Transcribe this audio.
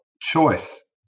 choice